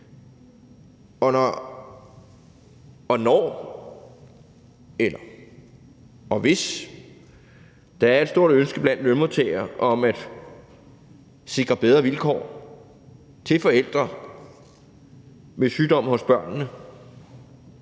Og når og hvis der er et stort ønske blandt lønmodtagere om at sikre bedre vilkår til forældre med sygdom hos børnene,